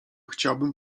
chciałbym